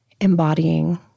embodying